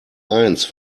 eins